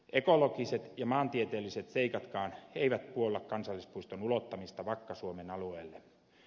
ekologiset ja maantieteelliset seikatkaan eivät puolla kansallispuiston ulottamista vakka suomen alueelle